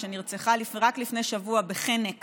שנרצחה רק לפני שבוע בחנק